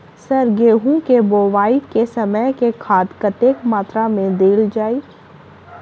Sir गेंहूँ केँ बोवाई केँ समय केँ खाद कतेक मात्रा मे देल जाएँ?